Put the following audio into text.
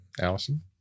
Allison